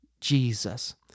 Jesus